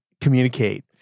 communicate